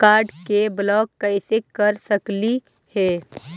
Card के block कैसे कर सकली हे?